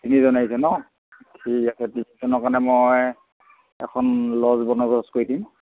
তিনিজন আহিছে নহ্ ঠিক আছে তিনিজনৰ কাৰণে মই এখন লজ বন্দবস্ত কৰি দিম